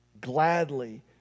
gladly